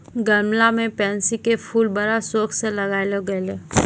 गमला मॅ पैन्सी के फूल बड़ा शौक स लगाय छै लोगॅ